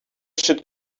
should